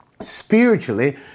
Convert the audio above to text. spiritually